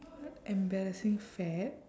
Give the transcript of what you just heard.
what embarrassing fad